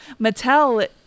Mattel